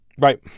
Right